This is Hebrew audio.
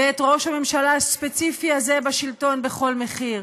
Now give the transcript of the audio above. ואת ראש הממשלה הספציפי הזה בשלטון בכל מחיר.